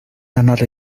another